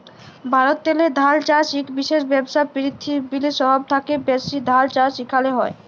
ভারতেল্লে ধাল চাষ ইক বিশেষ ব্যবসা, পিরথিবিরলে সহব থ্যাকে ব্যাশি ধাল চাষ ইখালে হয়